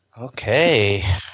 okay